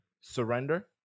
surrender